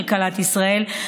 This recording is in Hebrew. הסטודנטים.